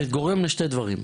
זה גורם לשני דברים.